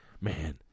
man